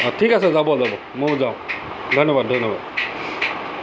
অঁ ঠিক আছে যাব যাব ময়ো যাওঁ ধন্যবাদ ধন্যবাদ